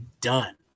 done